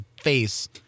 face